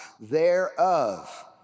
thereof